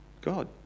God